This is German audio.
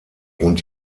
und